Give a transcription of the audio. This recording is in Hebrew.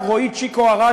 רועי צ'יקי ארד,